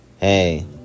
Hey